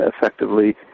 effectively